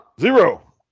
Zero